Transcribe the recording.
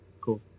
Cool